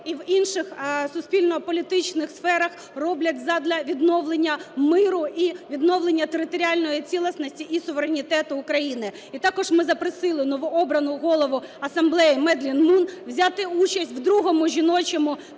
і в інших суспільно-політичних сферах роблять задля відновлення миру і відновлення територіальної цілісності, і суверенітету України. І також ми запросили новообрану Голову асамблеї Маделін Мун взяти участь в другому жіночому конгресі,